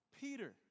Peter